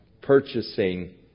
purchasing